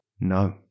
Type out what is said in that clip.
No